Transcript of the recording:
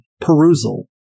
perusal